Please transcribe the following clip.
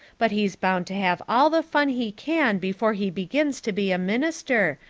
but he's bound to have all the fun he can before he begins to be a minister,